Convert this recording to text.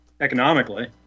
economically